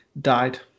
died